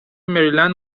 مریلند